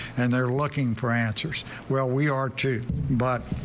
and they're looking for answers well we are too but.